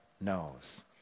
knows